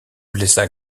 blessa